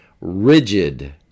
rigid